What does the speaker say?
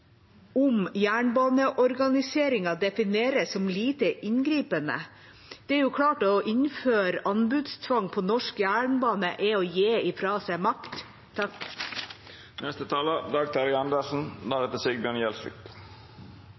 om jernbaneorganiseringen defineres som «lite inngripende». Det er klart at å innføre anbudstvang på norsk jernbane er å gi fra seg makt.